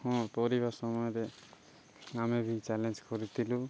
ହଁ ପରିବା ସମୟରେ ଆମେ ବି ଚ୍ୟାଲେଞ୍ଜ କରିଥିଲୁ